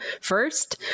first